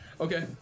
Okay